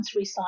recycling